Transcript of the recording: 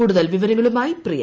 കൂടുതൽ വിവരങ്ങളുമായി പ്രിയ